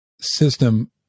system